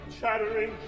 chattering